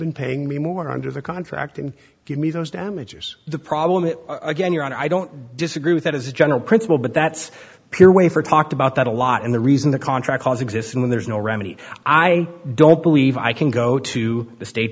been paying me more under the contract and give me those damages the problem is again your honor i don't disagree with that as a general principle but that's pure way for talked about that a lot and the reason the contract was exists and there's no remedy i don't believe i can go to the state